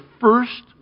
first